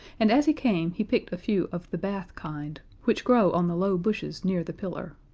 and as he came he picked a few of the bath kind, which grow on the low bushes near the pillar.